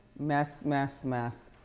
mess, mess mess.